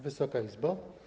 Wysoka Izbo!